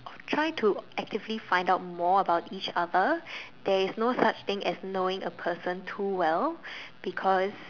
try to actively find out more about each other there is no such thing as knowing a person too well because